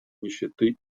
нищеты